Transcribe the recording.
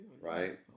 right